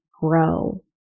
grow